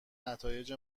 نتایج